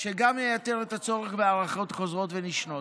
שגם ייתר את הצורך בהארכות חוזרות ונשנות.